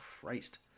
Christ